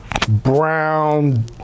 brown